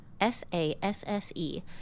S-A-S-S-E